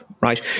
Right